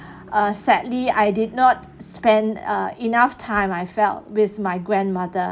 uh sadly I did not spend ah enough time I felt with my grandmother